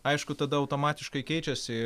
aišku tada automatiškai keičiasi